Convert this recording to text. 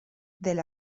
del